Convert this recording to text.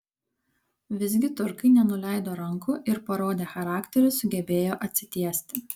visgi turkai nenuleido rankų ir parodę charakterį sugebėjo atsitiesti